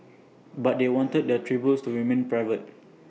but they wanted their tributes to remain private